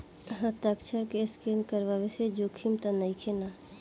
हस्ताक्षर के स्केन करवला से जोखिम त नइखे न?